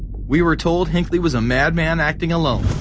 we were told hinckley was a madman acting alone.